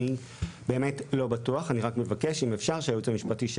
אני באמת לא בטוח אבל אני רק מבקש שהיועץ המשפטי של